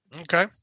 Okay